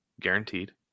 guaranteed